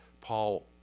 Paul